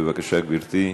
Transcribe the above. בבקשה, גברתי.